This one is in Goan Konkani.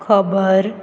खबर